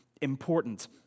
important